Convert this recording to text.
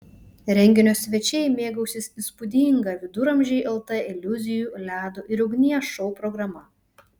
renginio svečiai mėgausis įspūdinga viduramžiai lt iliuzijų ledo ir ugnies šou programa